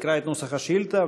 יקרא את נוסח השאילתה,